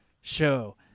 show